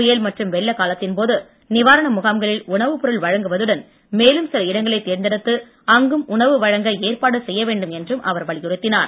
புயல் வெள்ள காலத்தின்போது நிவாரண முகாம்களில் மற்றும் உணவுப்பொருள் வழங்குவதுடன் மேலும் சில இடங்களை தேர்ந்தெடுத்து அங்கும் உணவு வழங்க ஏற்பாடு செய்யவேண்டும் என்று அவர் வலியுறுத்தினார்